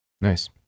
Nice